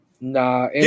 nah